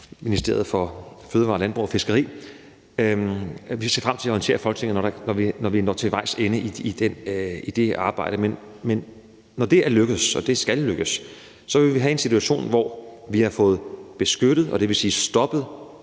Ministeriet for Fødevarer, Landbrug og Fiskeri – at orientere Folketinget, når vi når til vejs ende i det arbejde. Men når det er lykkedes, og det skal lykkes, vil vi have en situation, hvor vi har fået beskyttet, og det vil sige stoppet,